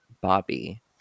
bobby